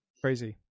Crazy